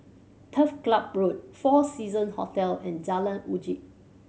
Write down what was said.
Turf Club Road Four Season Hotel and Jalan Uji